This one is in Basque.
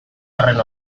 horren